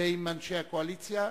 ועם אנשי הקואליציה,